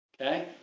Okay